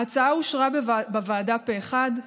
ההצעה אושרה בוועדה פה אחד.